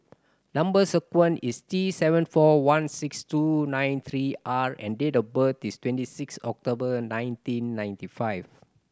number sequence is T seven four one six two nine three R and date of birth is twenty six October nineteen ninety five